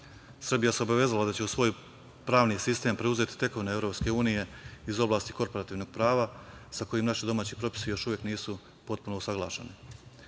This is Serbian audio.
zemlji. Srbija se obavezala da će u svoj pravni sistem preuzeti tekovine EU iz oblasti korporativnog prava sa kojima naši domaći propisi još uvek nisu potpuno usaglašeni.